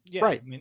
right